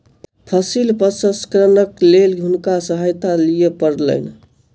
फसिल प्रसंस्करणक लेल हुनका सहायता लिअ पड़लैन